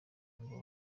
ngo